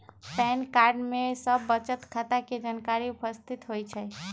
pan card में सभ बचत खता के जानकारी उपस्थित होइ छइ